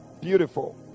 beautiful